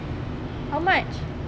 how much